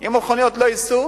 אם המכוניות לא ייסעו